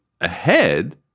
ahead